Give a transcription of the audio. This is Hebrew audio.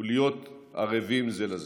ולהיות ערבים זה לזה.